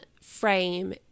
frame